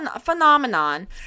phenomenon